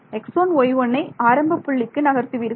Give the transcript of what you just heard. x1 y1ஐ ஆரம்பப்புள்ளிக்கு நகர்த்துவீர்கள்